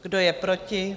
Kdo je proti?